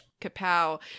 Kapow